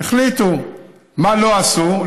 החליטו, מה לא עשו?